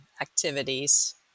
activities